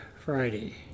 Friday